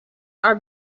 are